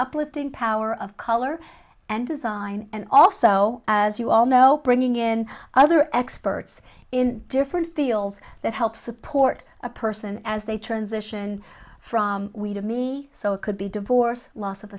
uplifting power of color and design and also as you all know bringing in other experts in different fields that help support a person as they transition from we to me so it could be divorce loss of